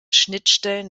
schnittstellen